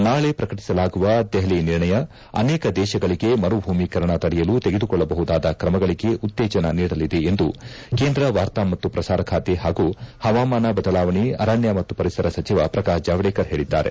ನಾಳೆ ಪ್ರಕಟಿಸಲಾಗುವ ದೆಹಲಿ ನಿರ್ಣಯ ಅನೇಕ ದೇಶಗಳಿಗೆ ಮರುಭೂಮಿಕರಣ ತಡೆಯಲು ತೆಗೆದುಕೊಳ್ಳಬಹುದಾದ ಕ್ರಮಗಳಿಗೆ ಉತ್ತೇಜನ ನೀಡಲಿದೆ ಎಂದು ಕೇಂದ್ರ ವಾರ್ತಾ ಮತ್ತು ಪ್ರಸಾರ ಖಾತೆ ಹಾಗೂ ಹವಾಮಾನ ಬದಲಾವಣೆ ಅರಣ್ಯ ಮತ್ತು ಪರಿಸರ ಸಚಿವ ಪ್ರಕಾಶ್ ಜಾವಡೇಕರ್ ಹೇಳಿದ್ದಾರೆ